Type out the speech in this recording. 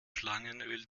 schlangenöl